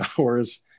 hours